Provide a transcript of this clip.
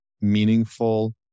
meaningful